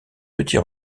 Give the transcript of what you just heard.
petit